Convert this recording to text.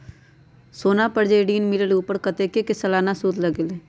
सोना पर जे ऋन मिलेलु ओपर कतेक के सालाना सुद लगेल?